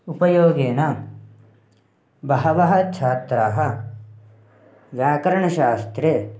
उपयोगेन बहवः छात्राः व्याकरणशास्त्रे